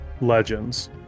Legends